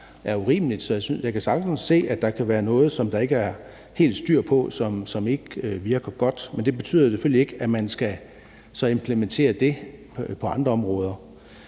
er urimeligt. Så jeg kan sagtens se, at der er noget, som der ikke er helt styr på, og som ikke virker godt. Men det betyder selvfølgelig ikke, at man så skal implementere det på andre områder.